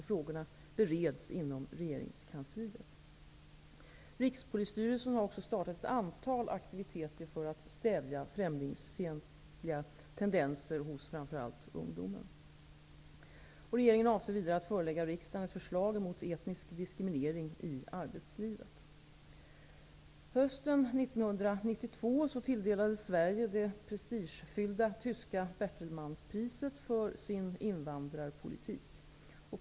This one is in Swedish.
Frågorna bereds inom regeringskansliet. Rikspolisstyrelsen har också startat ett antal aktiviteter för att stävja främlingsfientliga tendenser hos framför allt ungdomen. Regeringen avser vidare att förelägga riksdagen ett förslag mot etnisk diskriminering i arbetslivet. Hösten 1992 tilldelades Sverige det prestigefyllda tyska Bertelsmann-priset för sin invandrarpolitik.